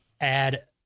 add